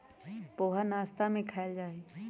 पोहा नाश्ता में खायल जाहई